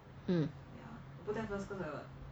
hmm